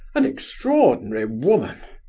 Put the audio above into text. an extraordinary woman!